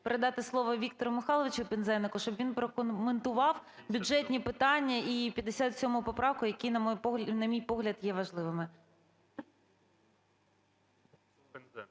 передати слово Віктору Михайловичу Пинзенику, щоб він прокоментував бюджетні питання і 57 поправку, які, на мій погляд, є важливими.